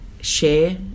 share